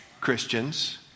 Christians